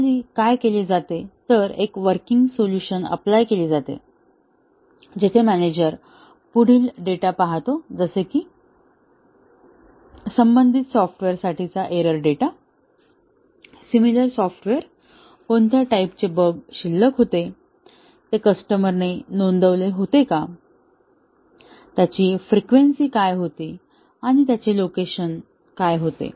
normally काय केले जाते तर एक वर्किंग सोल्युशन अप्लाय केले जाते जेथे मॅनेजर पुढील डेटा पाहतो जसे की संबंधित सॉफ्टवेअरसाठीचा एरर डेटा सिमिलर सॉफ्टवेअर कोणत्या टाईपचे बग शिल्लक होते ते कस्टमरने नोंदवले होते का त्यांची फ्रिक्वेन्सी काय होती आणि त्यांचे लोकेशन काय होते